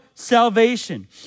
Salvation